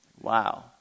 Wow